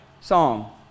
song